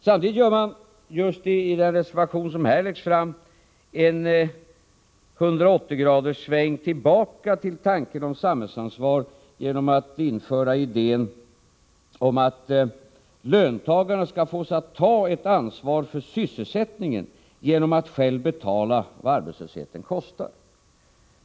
Samtidigt görs det i den reservation som här presenteras en 180 graderssväng tillbaka till talet om samhällsansvar genom att man för fram idén att löntagarna skall fås att ta ett ansvar för sysselsättningen på det sättet, att de själva betalar vad arbetslösheten kostar.